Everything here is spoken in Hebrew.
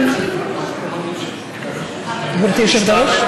גברתי היושבת-ראש?